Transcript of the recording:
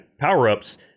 power-ups